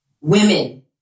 Women